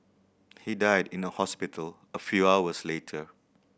he died in a hospital a few hours later